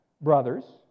brothers